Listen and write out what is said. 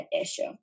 issue